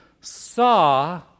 saw